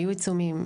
היו עיצומים.